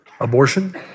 abortion